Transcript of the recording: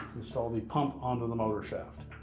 install the pump onto the motor shaft.